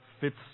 fits